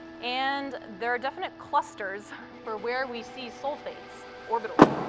and there are definite clusters for where we see sulfates orbitally.